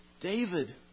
David